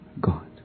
God